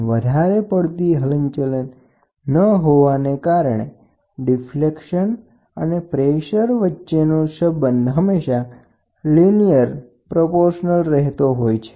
metallic કેપ્સ્યુલમાં વધારે પડતી હલનચલન ન હોય તો વિચલન અને પ્રેસર વચ્ચેનો સબંધ લીનિયર જ રહે છે